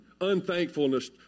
unthankfulness